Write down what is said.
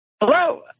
Hello